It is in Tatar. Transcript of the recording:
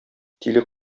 тиле